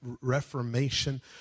reformation